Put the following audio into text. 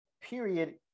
period